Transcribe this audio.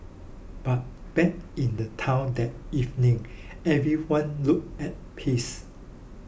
but back in the town that evening everyone looked at peace